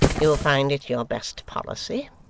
you'll find it your best policy,